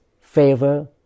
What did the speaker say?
favor